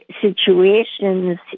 situations